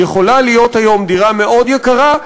יכולה להיות היום דירה מאוד יקרה,